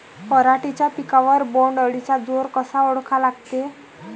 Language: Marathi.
पराटीच्या पिकावर बोण्ड अळीचा जोर कसा ओळखा लागते?